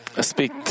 speak